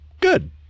Good